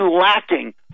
lacking